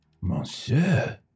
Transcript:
Monsieur